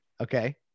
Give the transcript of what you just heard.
Okay